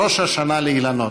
ראש השנה לאילנות.